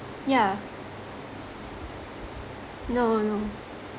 yeah no no